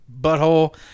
butthole